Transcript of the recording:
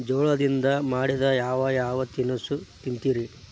ಜೋಳದಿಂದ ಮಾಡಿದ ಯಾವ್ ಯಾವ್ ತಿನಸು ತಿಂತಿರಿ?